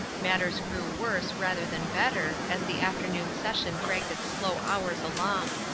matters grew worse, rather than better, as the afternoon session dragged its slow hours along.